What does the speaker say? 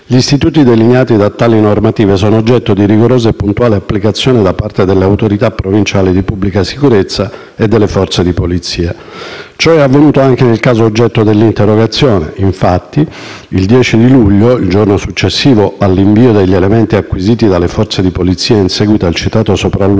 Gli istituti delineati da tali normative sono oggetto di rigorosa e puntuale applicazione da parte delle autorità provinciali di pubblica sicurezza e delle forze di polizia. Ciò è avvenuto anche nel caso oggetto dell'interrogazione; il 10 luglio, infatti, il giorno successivo all'invio degli elementi acquisiti dalle forze di polizia in seguito al citato sopralluogo,